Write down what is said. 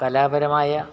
കലാപരമായ